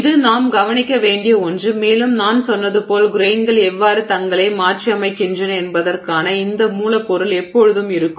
இது நாம் கவனிக்க வேண்டிய ஒன்று மேலும் நான் சொன்னது போல கிரெய்ன்கள் எவ்வாறு தங்களை மாற்றியமைக்கின்றன என்பதற்கான இந்த மூலப்பொருள் எப்போதும் இருக்கும்